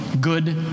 Good